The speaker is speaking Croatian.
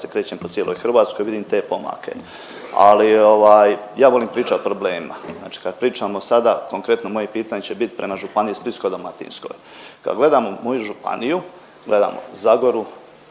Ja se krećem po cijeloj Hrvatskoj vidim te pomake. Ali ja ovaj volim pričati o problemima, znači kad pričamo sada konkretno moje pitanje će bit prema županiji Splitsko-dalmatinskoj, kad gledamo moju županiju, gledamo Zagoru,